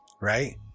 right